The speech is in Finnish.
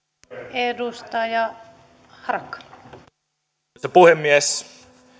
arvoisa puhemies